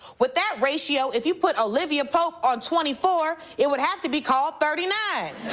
with that ratio, if you put olivia pope on twenty four, it would have to be called thirty nine.